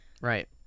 Right